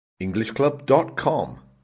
Englishclub.com